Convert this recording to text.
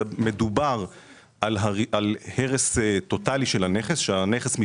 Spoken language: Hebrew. מדובר על הרס טוטאלי של הנכס; שהנכס ממש